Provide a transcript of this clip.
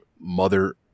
mother